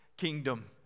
kingdom